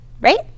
right